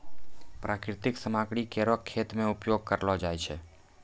प्राकृतिक सामग्री केरो खेत मे उपयोग करलो जाय छै